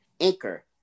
Anchor